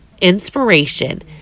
inspiration